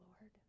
Lord